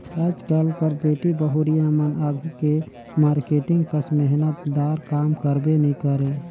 आएज काएल कर बेटी बहुरिया मन आघु के मारकेटिंग कस मेहनत दार काम करबे नी करे